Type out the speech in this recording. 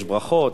יש ברכות,